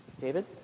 David